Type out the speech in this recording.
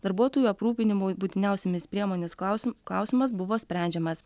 darbuotojų aprūpinimui būtiniausiomis priemonės klausim klausimas buvo sprendžiamas